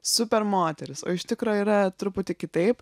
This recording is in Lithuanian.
super moteris o iš tikro yra truputį kitaip